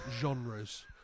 genres